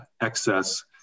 excess